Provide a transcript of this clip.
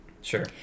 sure